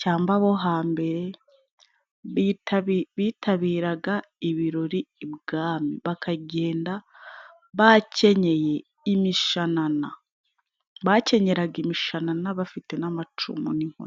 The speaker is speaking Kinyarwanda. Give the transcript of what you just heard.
cyamba bo hambere, bitabiraga ibirori ibwami, bakagenda bakenyeye imishanana. Bakenyeraga imishanana' bafite n'amacumu n'inkoni.